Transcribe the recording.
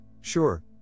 sure